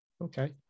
Okay